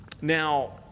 Now